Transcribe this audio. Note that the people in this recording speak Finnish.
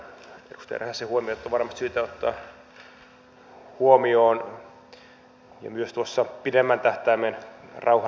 tässä edustaja räsäsen huomiot on varmasti syytä ottaa huomioon ja myös tuossa pidemmän tähtäimen rauhanrakentamisessa